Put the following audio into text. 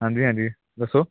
ਹਾਂਜੀ ਹਾਂਜੀ ਦੱਸੋ